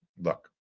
Look